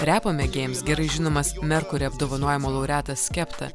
repo mėgėjams gerai žinomas merkuri apdovanojimų laureatas skepta